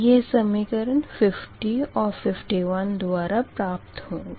यह समीकरण 50 और 51 द्वारा प्राप्त होंगे